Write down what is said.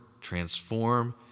transform